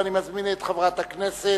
אני מזמין את חברת הכנסת